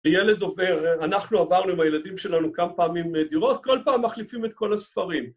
הילד עובר, אנחנו עברנו עם הילדים שלנו כמה פעמים דירות, כל פעם מחליפים את כל הספרים.